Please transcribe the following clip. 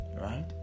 right